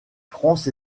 france